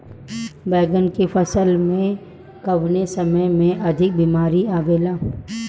बैगन के फसल में कवने समय में अधिक बीमारी आवेला?